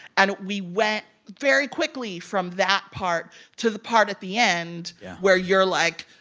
and we went very quickly from that part to the part at the end where you're, like,